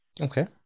Okay